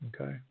Okay